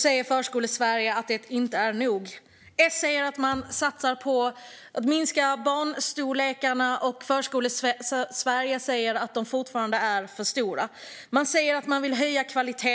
säger Förskolesverige att det inte är nog. S säger att man satsar på att minska barngrupperna, och Förskolesverige säger att de fortfarande är för stora. Man säger att man vill höja kvaliteten.